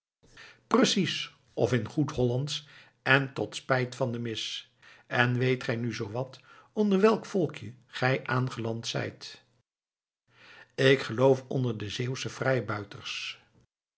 precies of in goed hollandsch en tot spijt van de mis weet gij nu zoo wat onder welk volkje gij aangeland zijt ik geloof onder de zeeuwsche